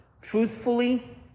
truthfully